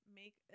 make